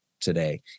today